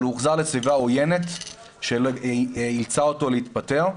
אבל הוא הוחזר לסביבה עוינת שאילצה אותו להתפטר,